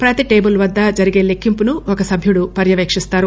ప్రతి టేబుల్ వద్ద జరిగే లెక్కింపును ఒక సభ్యుడు పర్యవేశిస్తారు